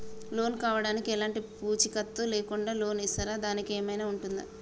Loan కావడానికి ఎలాంటి పూచీకత్తు లేకుండా లోన్ ఇస్తారా దానికి ఏమైనా ఉంటుందా?